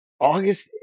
August